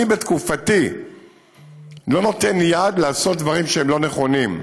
אני בתקופתי לא אתן יד לעשות דברים שהם לא נכונים.